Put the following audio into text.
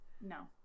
No